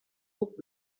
book